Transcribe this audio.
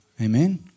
Amen